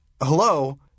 Hello